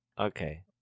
Okay